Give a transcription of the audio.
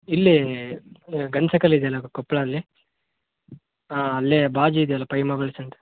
ಇಲ್ಲೇ ಗಂಚಕಲ್ ಇದೆಯಲ್ಲ ಕೊಪ್ಲಾಲ್ಲಿ ಹಾಂ ಅಲ್ಲೇ ಬಾಜಿ ಇದೆಯಲ್ಲ ಪೈ ಮೊಬೈಲ್ ಸೆಂಟ್